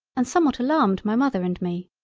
and somewhat alarmed my mother and me.